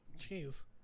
Jeez